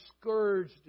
scourged